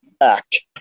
act